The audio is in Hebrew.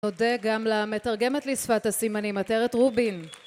נודה גם למתרגמת לשפת הסימנים, עטרת רובין